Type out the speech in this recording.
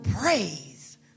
praise